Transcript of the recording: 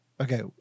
okay